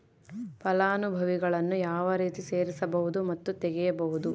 ಫಲಾನುಭವಿಗಳನ್ನು ಯಾವ ರೇತಿ ಸೇರಿಸಬಹುದು ಮತ್ತು ತೆಗೆಯಬಹುದು?